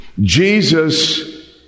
Jesus